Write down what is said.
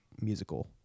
musical